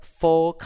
four